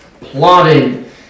plotting